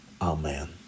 Amen